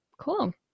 Cool